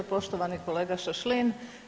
Poštovani kolega Šašlin.